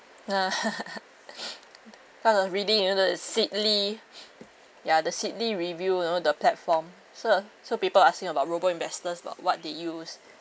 kind of reading you know seedly ya the seedly review you know the platform so so people asking about robo investors about what they use